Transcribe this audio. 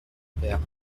père